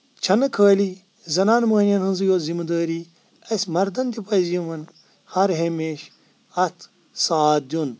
چھنہٕ خٲلی زَنان موہِنی یَن ہِنٛزٕے یوت ذِمہٕ دٲری اسہِ مَردَن تہِ پَزِ یِمن ہَر ہمیٛش اَتھ سات دِیُن